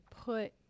put